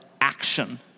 action